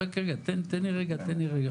מסודרת יותר.